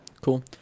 Cool